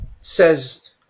says